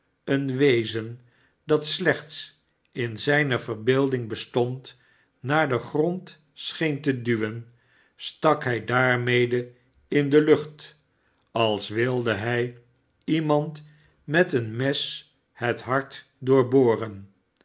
een wezen dat slechts in zijne verbeelding bestond naar den grond scheen te duwen stak hij daarmede in de lucht als wilde hij iemand met een mes het hart